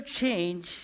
change